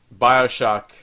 Bioshock